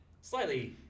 slightly